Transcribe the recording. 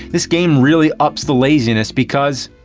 this game really ups the laziness because.